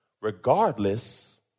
regardless